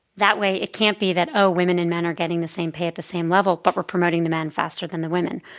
that way it can't be that, oh, women and men are getting the same pay at the same level, but we're promoting the men faster than the women.